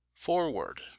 forward